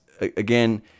again